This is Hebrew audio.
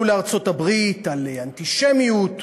לארצות-הברית על אנטישמיות ורדיפה.